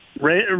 ray